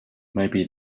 maybe